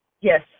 Yes